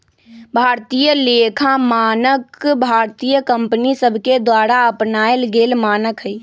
भारतीय लेखा मानक भारतीय कंपनि सभके द्वारा अपनाएल गेल मानक हइ